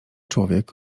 człowiek